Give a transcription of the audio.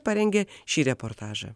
parengė šį reportažą